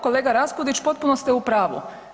Kolega Raspudić potpuno ste u pravu.